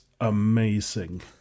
amazing